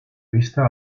lista